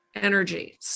energy